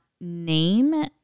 name